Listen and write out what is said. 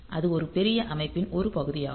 அது ஒரு பெரிய அமைப்பின் ஒரு பகுதியாகும்